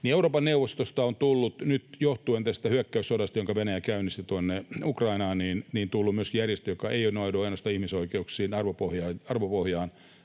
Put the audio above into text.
Euroopan neuvostosta on tullut nyt, johtuen tästä hyökkäyssodasta, jonka Venäjä käynnisti Ukrainaan, järjestö, joka ei nojaudu ainoastaan ihmisoikeuksiin, arvopohjaan,